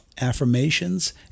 affirmations